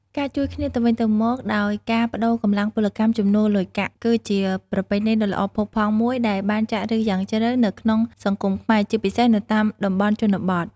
ការជួយគ្នាទៅវិញទៅមកដោយការប្តូរកម្លាំងពលកម្មជំនួសលុយកាក់ គឺជាប្រពៃណីដ៏ល្អផូរផង់មួយដែលបានចាក់ឫសយ៉ាងជ្រៅនៅក្នុងសង្គមខ្មែរ ជាពិសេសនៅតាមតំបន់ជនបទ។